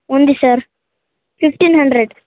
ఉంది sir fifteen hundred